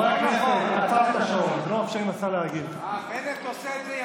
כמה איחודי משפחות הבטחתם לעבאס כשסגרתם את החוק הזה?